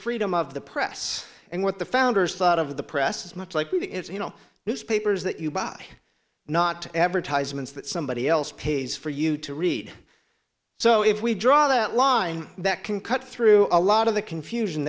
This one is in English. freedom of the press and what the founders thought of the press is much like the it's you know newspapers that you buy not advertisements that somebody else pays for you to read so if we draw that line that can cut through a lot of the confusion